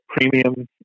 premium